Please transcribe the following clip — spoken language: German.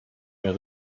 mehr